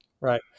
right